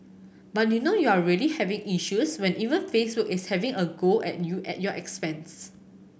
but you know you're really having issues when even Facebook is having a go at you at your expense